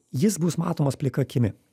jis bus matomas plika akimi